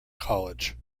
college